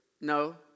no